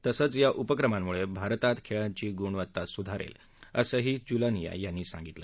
तसंच या उपक्रमांमुळे भारतात खेळांची गुणवत्ता सुधारेल असंही जुलानिया यांनी सांगितलं